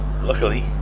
luckily